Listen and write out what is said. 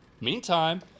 Meantime